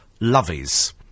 Lovies